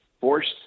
forced